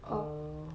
err